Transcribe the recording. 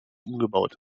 umgebaut